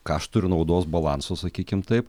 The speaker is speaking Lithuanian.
kaštų ir naudos balanso sakykim taip